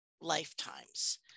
lifetimes